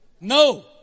No